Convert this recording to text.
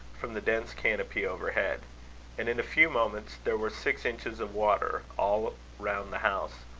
from the dense canopy overhead and in a few moments there were six inches of water all round the house,